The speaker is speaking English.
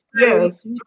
yes